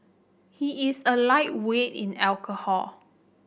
he is a lightweight in alcohol